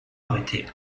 arrêtés